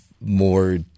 more